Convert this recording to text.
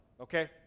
okay